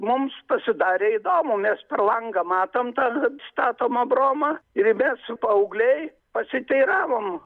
mums pasidarė įdomu mes pro langą matom tą statomą abromą ir mes paaugliai pasiteiravom